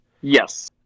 Yes